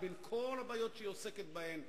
בין כל הבעיות שהיא עוסקת בהן,